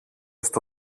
στο